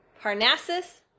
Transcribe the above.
parnassus